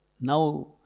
now